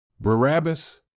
Barabbas